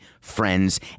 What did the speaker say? friends